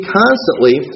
constantly